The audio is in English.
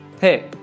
Hey